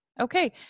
Okay